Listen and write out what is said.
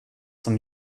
som